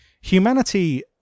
humanity